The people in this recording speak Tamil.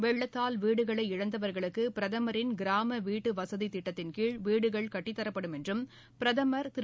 வெள்ளத்தால் வீடுகளை இழந்தவர்களுக்கு பிரதமரின் கிராம வீட்டுவசதி திட்டத்தின்கீழ் வீடுகள் கட்டித்தரப்படும் என்றும் பிரதமர் திரு